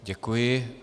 Děkuji.